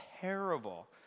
terrible